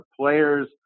players –